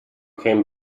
came